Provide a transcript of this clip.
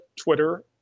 Twitter